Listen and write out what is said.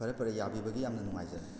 ꯐꯔꯦ ꯐꯔꯦ ꯌꯥꯕꯤꯕꯒꯤ ꯌꯥꯝꯅ ꯅꯨꯡꯉꯥꯏꯖꯔꯦ